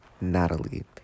natalie